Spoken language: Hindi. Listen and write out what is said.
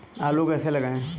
आलू कैसे लगाएँ?